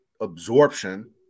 absorption